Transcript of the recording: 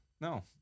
no